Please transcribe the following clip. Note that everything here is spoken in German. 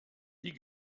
die